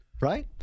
Right